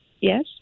Yes